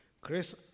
Chris